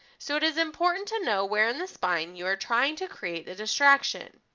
so it is important to know where and the spine you're trying to create the distraction.